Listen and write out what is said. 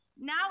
Now